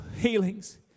healings